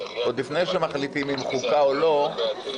עוד לפני שמחליטים אם חוקה או לא,